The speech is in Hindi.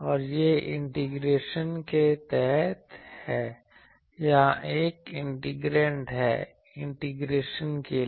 और यह इंटीग्रेशन के तहत है या यह एक इंटीग्रैंड है इंटीग्रेशन के लिए